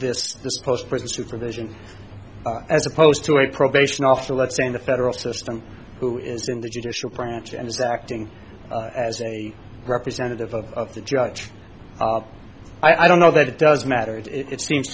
this post prison supervision as opposed to a probation officer let's say in the federal system who is in the judicial branch and is acting as a representative of the judge i don't know that it does matter if it seems